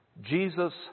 Jesus